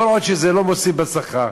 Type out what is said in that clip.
כל עוד זה לא מוסיף בשכר,